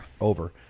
Over